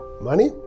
money